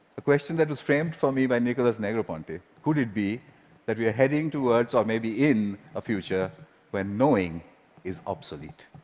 a question that was framed for me by nicholas negroponte could it be that we are heading towards or maybe in a future where knowing is obsolete?